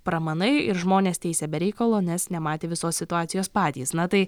pramanai ir žmonės teisia be reikalo nes nematė visos situacijos patys na tai